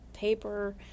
paper